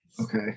Okay